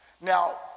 Now